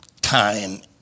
time